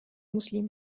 muslimen